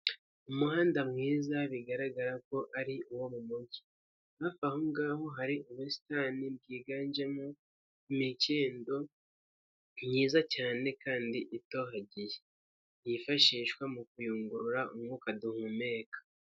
Umuhanda mwiza bigaragara ko ari uwo mu mujyi, hafi aho ngaho hari ubusitani bwiganjemo imikindo myiza cyane kandi itohagiye, yifashishwa mu kuyungurura umwuka duhumeka.